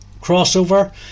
crossover